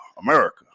America